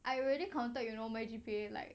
I already counted you know my G_P_A like